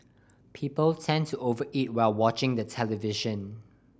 people tend to over eat while watching the television